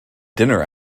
dinner